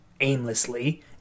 aimlessly